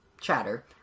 chatter